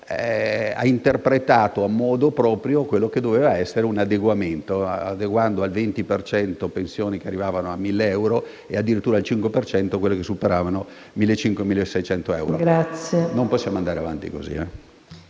ha interpretato a modo proprio quello che doveva essere un adeguamento, adeguando al 20 per cento pensioni che arrivavano a 1.000 euro e addirittura al 5 per cento quelle che superavano i 1.500-1.600 euro. Non possiamo andare avanti così.